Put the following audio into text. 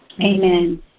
Amen